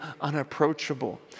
unapproachable